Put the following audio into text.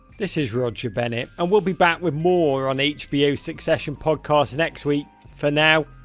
this is roger bennett, and we'll be back with more on hbo's succession podcast next week. for now,